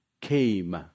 came